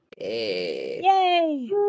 Yay